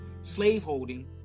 slaveholding